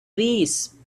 these